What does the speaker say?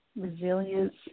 resilience